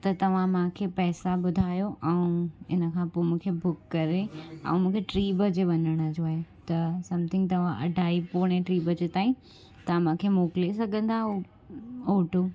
त तव्हां मूंखे पैसा ॿुधायो ऐं इन खां पोइ मूंखे बुक करे ऐं मूंखे टी वजे वञण जो आहे त सम्थिंग तव्हां अढाई पौणे टी बजे ताईं तव्हां मूंखे मोकिले सघंदा आहियो ऑटो